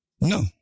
No